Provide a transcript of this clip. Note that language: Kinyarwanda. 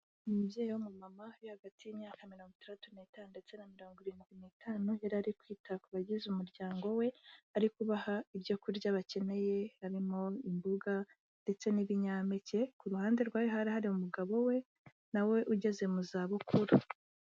Umubyeyi w'umumama uri hagati y'imyaka mirongo itandatu n'itanu ndetse na mirongo irindwi n'itanu, yari ari kwita ku bagize umuryango we, ari kubaha ibyo kurya bakeneye harimo imboga ndetse n'ibinyampeke, ku ruhande rwe hari hari umugabo we na we ugeze mu zabukuru.